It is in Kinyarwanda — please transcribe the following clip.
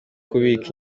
kubika